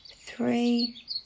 three